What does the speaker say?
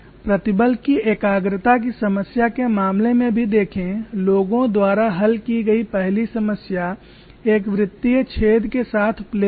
प्रतिबल की एकाग्रता की समस्या के मामले में भी देखें लोगों द्वारा हल की गई पहली समस्या एक वृत्तीय छेद के साथ प्लेट थी